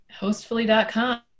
Hostfully.com